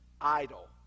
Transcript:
idle